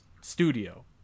studio